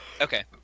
Okay